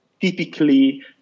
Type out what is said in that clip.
typically